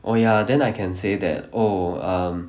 oh ya then I can say that oh um